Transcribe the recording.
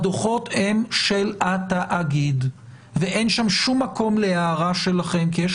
הדוחות הם של התאגיד ואין שם שום מקום להערה שלכם כי יש